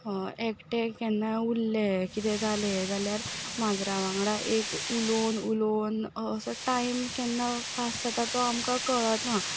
एकठें केन्ना उरलें कितें जालें जाल्यार माजरा वांगडा एक उलोवन उलोवन असो टायम केन्ना पास जाता तो आमकां कळना